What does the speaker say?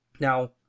Now